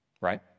right